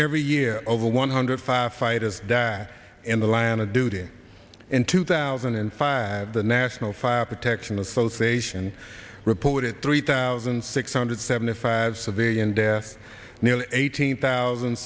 every year over one hundred firefighters died in the line of duty in two thousand and five the national fire protection association reported three thousand six hundred seventy five civilian deaths nearly eighteen thousand